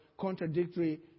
contradictory